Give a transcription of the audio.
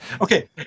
Okay